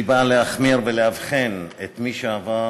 שהיא באה להחמיר ועם מי שעבר